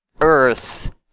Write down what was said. earth